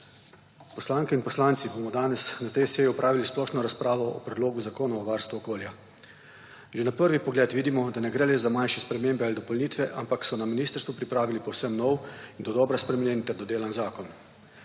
Poslanke in poslanci bomo danes na tej seji opravili splošno razpravo o Predlogu zakona o varstvu okolja. Že na prvi pogled vidimo, da ne gre le za manjše spremembe ali dopolnitve, ampak so na ministrstvu pripravili povsem nov, dodobra spremenjen ter dodelan zakon.